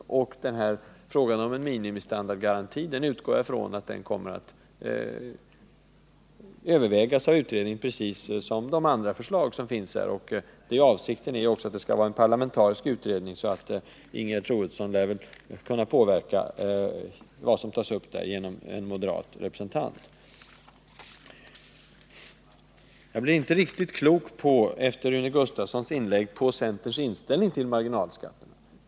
Jag utgår från att frågan om minimistandardgaranti kommer att övervägas av utredningen, precis som de andra förslagen. Avsikten är också att det skall bli en parlamentarisk utredning, så Ingegerd Troedsson lär kunna påverka vad som tas upp genom en moderat representant. Jag blir inte riktigt klok på centerns inställning till marginalskatterna.